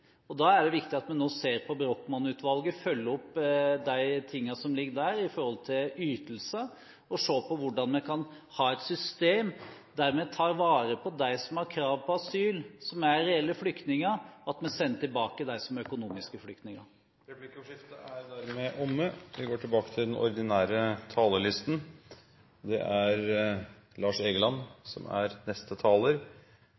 Da er det viktig at vi nå ser på Brochmann-utvalgets innstilling, følger opp de tingene som ligger der, med hensyn til ytelser, og ser på hvordan vi kan ha et system der vi tar vare på dem som har krav på asyl, som er reelle flyktninger, og sender tilbake dem som er økonomiske flyktninger. Replikkordskiftet er dermed omme.